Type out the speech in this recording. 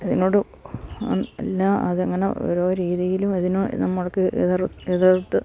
അതിനോട് എല്ലാ അതങ്ങനെ ഓരോ രീതിയിലും അതിനെ നമുക്ക് എതിർത്ത്